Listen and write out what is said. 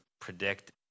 predict